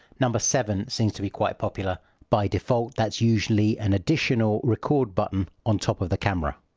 number seven seems to be quite popular. by default, that's usually an additional record button on top of the camera.